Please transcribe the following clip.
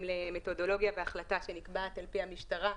למתודולוגיה והחלטה שנקבעת על פי המשטרה.